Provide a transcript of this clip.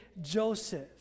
Joseph